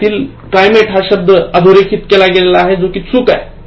यातील climate हा शब्द अधोरेखित केला आहे त्यातील चूक काय आहे ते शोध